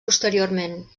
posteriorment